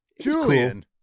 Julian